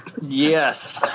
Yes